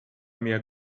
mehr